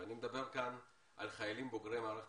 ואני מדבר כאן על חיילים בוגרי מערכת